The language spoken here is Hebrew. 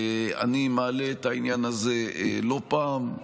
אני מעלה את העניין הזה לא פעם,